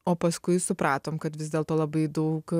o paskui supratom kad vis dėlto labai daug